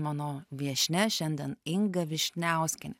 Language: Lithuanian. mano viešnia šiandien inga vyšniauskienė